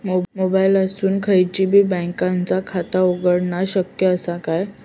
मोबाईलातसून खयच्याई बँकेचा खाता उघडणा शक्य असा काय?